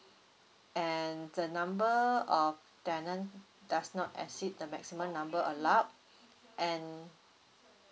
and the number of tenant does not exceed the maximum number allowed and